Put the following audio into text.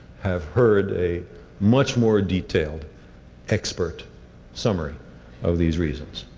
have heard a much more detailed expert summary of these reasons.